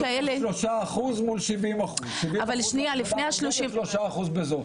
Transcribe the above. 3% מול 70%. 70% בממשלה הקודמת, 3% בממשלה הזאת.